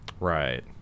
Right